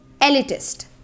elitist